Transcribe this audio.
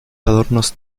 adornos